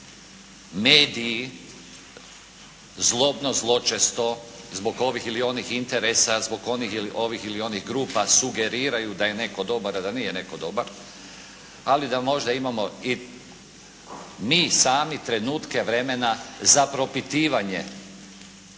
nam mediji zlobno, zločesto zbog ovih ili onih interesa, zbog ovih ili onih grupa sugeriraju da je netko a da nije netko dobar, ali da možda imamo i mi sami trenutke vremena za propitivanje